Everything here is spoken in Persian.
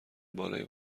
بالای